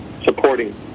supporting